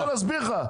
אני מנסה להסביר לך.